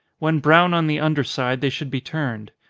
when brown on the under side, they should be turned.